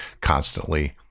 constantly